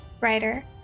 writer